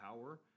power